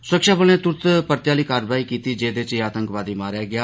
सुरक्षाबलें तुरत परते आह्ली कार्रवाई कीती जेहदे च एह् आतंकवादी मारेआ गेआ